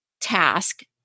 task